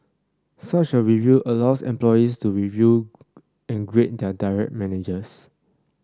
such a review allows employees to review and grade their direct managers